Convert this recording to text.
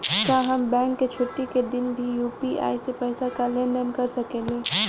का हम बैंक के छुट्टी का दिन भी यू.पी.आई से पैसे का लेनदेन कर सकीले?